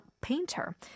painter